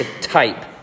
type